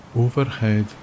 Overhead